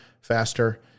faster